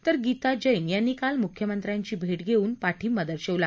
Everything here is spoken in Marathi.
तर गीता जेन यांनीं काल मुख्यमंत्र्यांची भेट घेऊन पाठिंबा दर्शवला